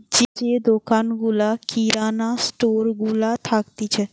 যে দোকান গুলা কিরানা স্টোর গুলা থাকতিছে